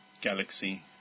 galaxy